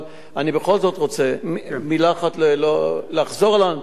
אבל אני בכל זאת רוצה במלה אחת לחזור על,